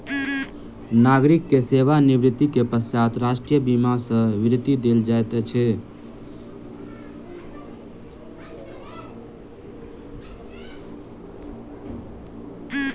नागरिक के सेवा निवृत्ति के पश्चात राष्ट्रीय बीमा सॅ वृत्ति देल जाइत अछि